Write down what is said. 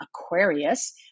Aquarius